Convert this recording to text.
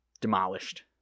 demolished